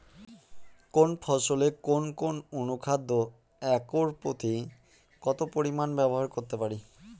কোন ফসলে কোন কোন অনুখাদ্য একর প্রতি কত পরিমান ব্যবহার করতে পারি?